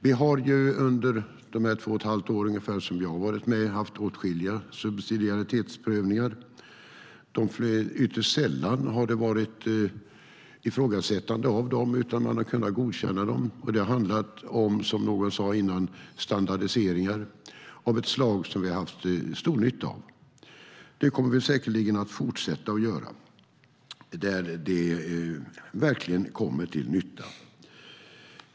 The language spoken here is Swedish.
Vi har under de ungefär två och ett halvt år jag har varit med haft åtskilliga subsidiaritetsprövningar. Ytterst sällan har det varit ifrågasättanden av dem, utan man har kunnat godkänna dem. Det har som någon sade innan handlat om standardiseringar av ett slag vi har haft stor nytta av. Det kommer vi säkerligen att fortsätta att göra där det verkligen kommer till nytta.